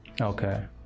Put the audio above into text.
okay